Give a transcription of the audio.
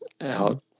out